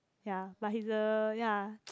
ya but he's a ya